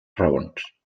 raons